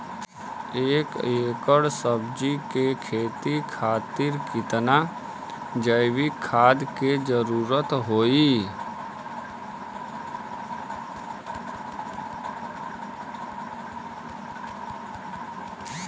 एक एकड़ सब्जी के खेती खातिर कितना जैविक खाद के जरूरत होई?